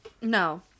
No